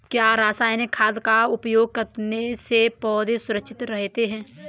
क्या रसायनिक खाद का उपयोग करने से पौधे सुरक्षित रहते हैं?